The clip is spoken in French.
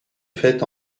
fait